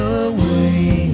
away